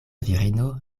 virino